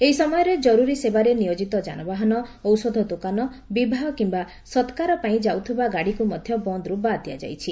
ଏହି ସମୟରେ ଜରୁରୀ ସେବାରେ ନିୟୋଜିତ ଯାନବାହାନ ଔଷଧ ଦୋକାନ ବିବାହ କିମ୍ୟା ସକ୍ାର ପାଇଁ ଯାଉଥିବା ଗାଡ଼ିକୁ ମଧ ବନ୍ଦରୁ ବାଦ୍ ଦିଆଯାଇଛି